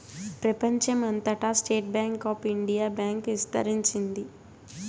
ప్రెపంచం అంతటా state bank of India bank ఇస్తరించింది